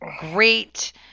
great